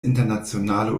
internationale